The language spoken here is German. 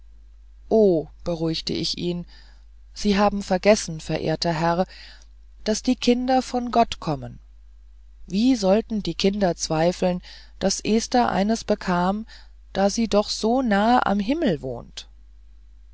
oh beruhigte ich ihn sie haben vergessen verehrter herr daß die kinder von gott kommen wie sollten die kinder zweifeln daß esther eines bekam da sie doch so nahe am himmel wohnt